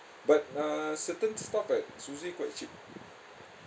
but uh certain stock at suzy quite cheap